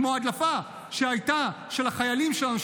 כמו ההדלפה שהייתה על החיילים שלנו,